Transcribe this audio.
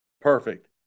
Perfect